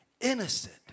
innocent